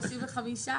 ברשותך